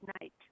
night